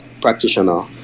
practitioner